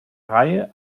reihe